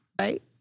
right